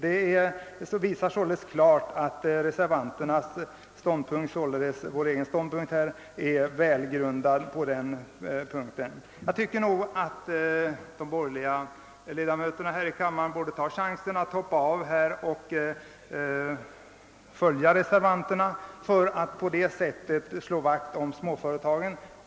Detta visar klart att reservanternas ståndpunkt är välgrundad. De borgerliga ledamöterna av kammaren borde ta chansen att hoppa av och följa reservanterna för att på det sättet slå vakt om småföretagen.